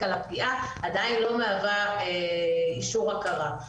על הפגיעה עדיין לא מהווה אישור הכרה.